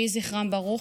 יהי זכרם ברוך.